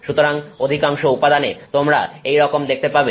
সুতরাং অধিকাংশ উপাদানে তোমরা এইরকম দেখতে পাবে